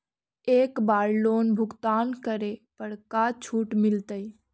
एक बार लोन भुगतान करे पर का छुट मिल तइ?